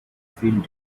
field